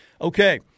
Okay